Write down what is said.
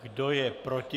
Kdo je proti?